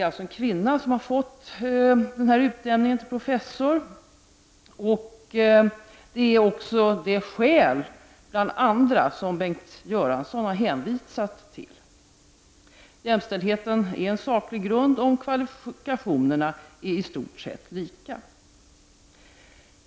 Det är en kvinna som blivit utnämnd till professor, och det är bl.a. jämställdhetsskälet som Bengt Göransson har hänvisat till som saklig grund för utnämningen. Jämställdhet är också en saklig grund, om kvalifikationerna hos de sökande är i stort sett lika.